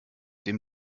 dem